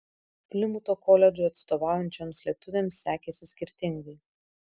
plimuto koledžui atstovaujančioms lietuvėms sekėsi skirtingai